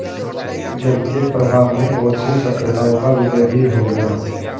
जल के प्रवाह में बहुत सी सभ्यताओं का विलय भी हो गया